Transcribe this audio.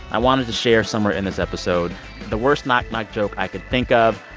i wanted to share somewhere in this episode the worst knock knock joke i could think of.